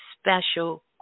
special